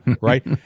right